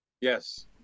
Yes